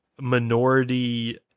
minority